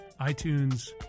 iTunes